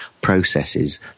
processes